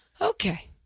Okay